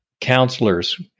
counselors